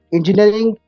Engineering